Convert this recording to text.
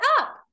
up